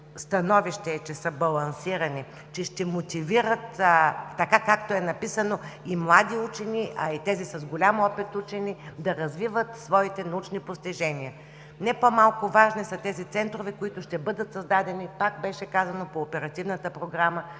становище е, че са балансирани, че ще мотивират, така както е написано, и млади учени, а и учените с голям опит, да развиват своите научни постижения. Не по-малко важни са тези центрове, които ще бъдат създадени, пак беше казано, по Оперативната програма